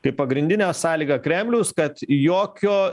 kaip pagrindinė sąlyga kremliaus kad jokio